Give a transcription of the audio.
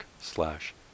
slash